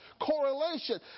correlation